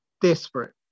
desperate